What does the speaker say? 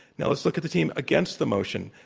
now, let's look at the team against the motion.